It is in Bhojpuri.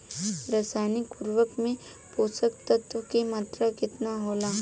रसायनिक उर्वरक मे पोषक तत्व के मात्रा केतना होला?